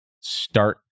start